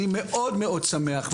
אני מאוד מאוד שמח,